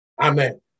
Amen